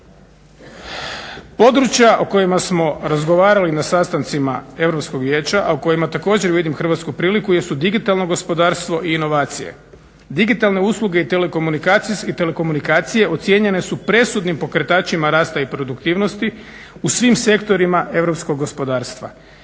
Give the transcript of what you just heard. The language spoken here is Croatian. Područja o kojima smo razgovarali na sastancima Europskog vijeća, a u kojima također vidim hrvatsku priliku, jesu digitalno gospodarstvo i inovacije. Digitalne usluge i telekomunikacije ocijenjene su presudnim pokretačima rasta i produktivnosti u svim sektorima europskog gospodarstva.